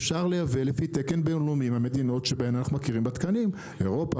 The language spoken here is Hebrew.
אפשר לייבא בתקן בינלאומי מהמדינות שבהן אנחנו מכירים בתקנים: אירופה,